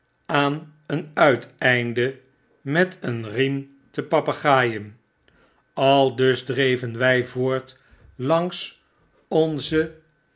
aan een uiteinde met een riem te pagaaien aldus dreven wg voort langs onzen